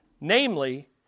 namely